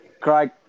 Craig